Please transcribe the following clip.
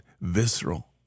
visceral